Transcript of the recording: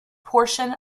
portion